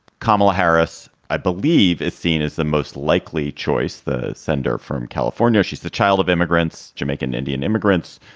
kamala harris, i believe, is seen as the most likely choice. the senator from california. she's the child of immigrants, jamaican, indian immigrants.